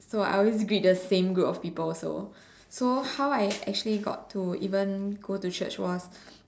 so I would always meet the same group of people so so how I actually got to even go to church was